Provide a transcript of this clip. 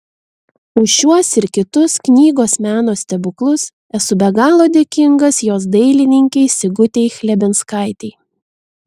už šiuos ir kitus knygos meno stebuklus esu be galo dėkingas jos dailininkei sigutei chlebinskaitei